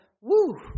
Woo